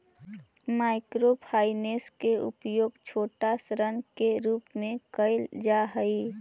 micro finance के उपयोग छोटा ऋण के रूप में कैल जा हई